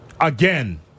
Again